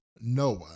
Noah